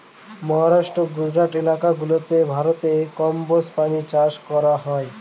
মহারাষ্ট্র, গুজরাট এলাকা গুলাতে ভারতে কম্বোজ প্রাণী চাষ করা হয়